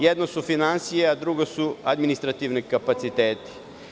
Jedno su finansije, a drugo su administrativni kapaciteti.